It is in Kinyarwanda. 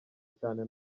cyane